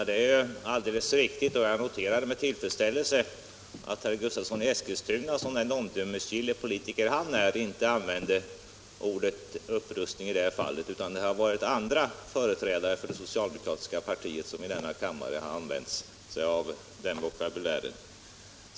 Herr talman! Jag noterade också med tillfredsställelse att herr Gustavsson i Eskilstuna, som den omdömesgille politiker han är, inte använde ordet upprustning; det är andra företrädare för det socialdemo Allmänpolitisk debatt Allmänpolitisk debatt kratiska partiet som i denna kammare har använt sig av den vokabulären.